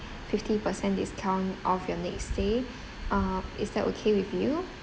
fifty percent discount off your next stay uh is that okay with you